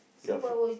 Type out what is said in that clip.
your f~